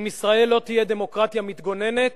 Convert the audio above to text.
אם ישראל לא תהיה דמוקרטיה מתגוננת,